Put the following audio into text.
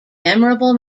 memorable